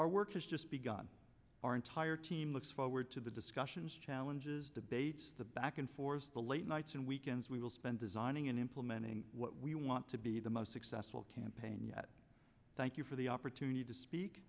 our work has just begun our entire team looks forward to the discussions challenges debates the back and forth the late nights and weekends we will spend designing and implementing what we want to be the most successful campaign yet thank you for the opportunity to speak